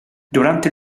durante